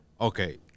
okay